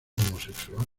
homosexual